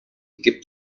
gibt